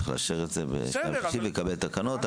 צריך לאשר את זה, לקבל תקנות.